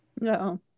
No